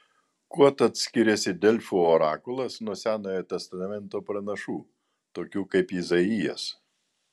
kuo tad skiriasi delfų orakulas nuo senojo testamento pranašų tokių kaip izaijas